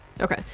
Okay